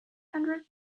hundred